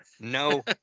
no